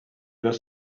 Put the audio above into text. dos